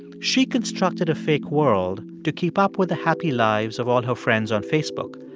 she constructed a fake world to keep up with the happy lives of all her friends on facebook,